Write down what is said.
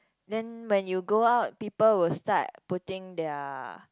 then when you go out people will start putting their